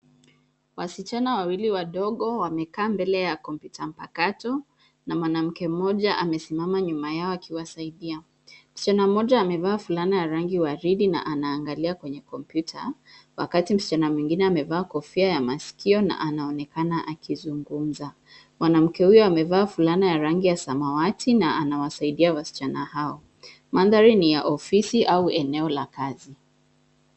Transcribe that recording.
Wasichana wawili wadogo wamekaa mbele ya kompyuta mpakato na mwanamke mmoja amesimama nyuma yao akiwasaidia. Msichana mmoja amevaa fulana ya rangi waridi na anaangalia kwenye kompyuta wakati msichana mwingine amevaa kofia ya masikio na anaonekana akizungumza. Mwanamke huyo amevaa fulana ya rangi ya samawati na anawasaidia wasichana hao. Mandhari ni ya ofisi au eneo la kazi.